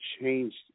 changed